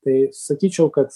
tai sakyčiau kad